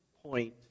point